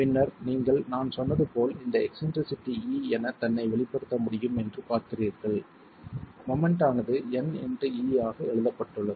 பின்னர் நீங்கள் நான் சொன்னது போல் இந்த எக்ஸ்ன்ட்ரிசிட்டி e என தன்னை வெளிப்படுத்த முடியும் என்று பார்க்கிறீர்கள் மொமெண்ட் ஆனது N இன்டு e ஆக எழுதப்பட்டுள்ளது